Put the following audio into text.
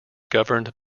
governed